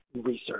research